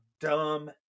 dumb